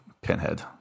Pinhead